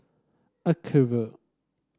acuvue